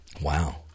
Wow